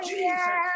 Jesus